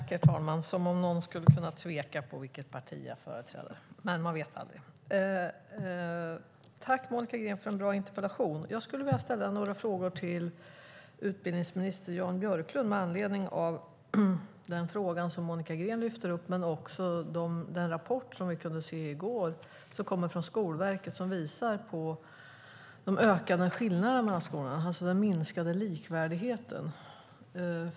Herr talman! Tack, Monica Green, för en bra interpellation! Jag skulle vilja ställa några frågor till utbildningsminister Jan Björklund med anledning av den fråga som Monica Green lyfter upp men också den rapport som vi kunde se i går, som kommer från Skolverket och som visar på de ökade skillnaderna mellan skolorna, alltså den minskade likvärdigheten.